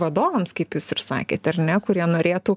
vadovams kaip jūs ir sakėt ar ne kurie norėtų